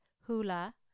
Hula